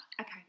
Okay